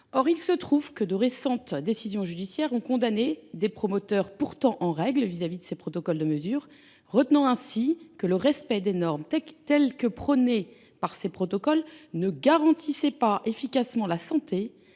Or il se trouve que de récentes décisions judiciaires ont condamné des promoteurs, pourtant en règle à l’égard des protocoles de mesure, retenant que le respect des normes prônées par ces protocoles ne garantissait pas efficacement la santé